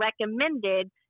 recommended